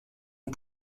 ont